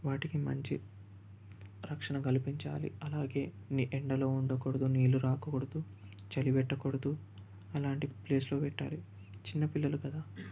వాటికి మంచి రక్షణ కల్పించాలి అలాగే నీ ఎండలో ఉండకూడదు నీళ్లు రాకూడదు చలి పెట్టకూడదు అలాంటి ప్లేస్లో పెట్టాలి చిన్న పిల్లలు కదా